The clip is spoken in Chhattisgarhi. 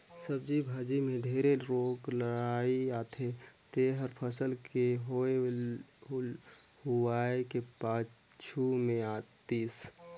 सब्जी भाजी मे ढेरे रोग राई आथे जेहर फसल के होए हुवाए के पाछू मे आतिस